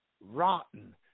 rotten